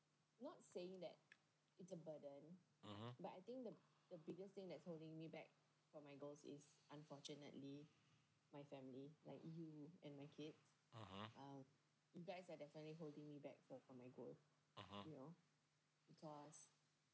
(uh huh) (uh huh)